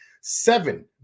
seven